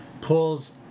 pulls